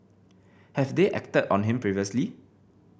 have they acted on him previously